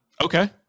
Okay